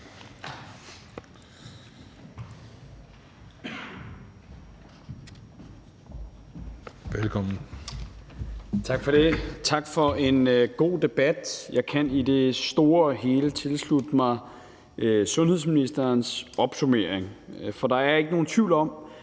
Hummelgaard): Tak for det. Tak for en god debat. Jeg kan i det store og hele tilslutte mig sundhedsministerens opsummering. Der er ikke nogen tvivl om,